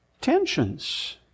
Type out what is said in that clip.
Tensions